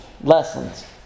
lessons